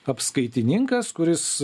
apskaitininkas kuris